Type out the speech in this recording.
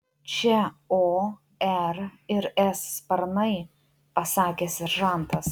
čia o r ir s sparnai pasakė seržantas